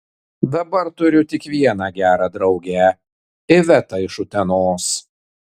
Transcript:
dabar turiu tik vieną gerą draugę ivetą iš utenos